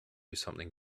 something